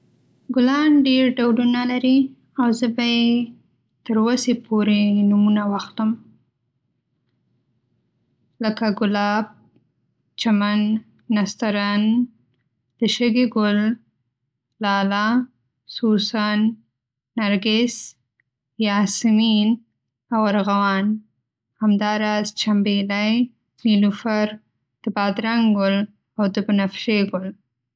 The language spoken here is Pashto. ګلان ډېر ډولونه لري، او زه به تر وسې پورې یې نومونه واخلم: ګلاب، چمن، نسترن،، رازقي، شګې ګل، لاله، سوسن، نرگس، ياسمین، او ارغوان. همداراز، چمبيلي، نيلوفر، د بادرنګ ګل، او د بنفشې ګل.